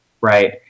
right